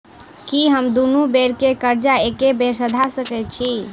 की हम दुनू बेर केँ कर्जा एके बेर सधा सकैत छी?